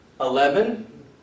Eleven